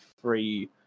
three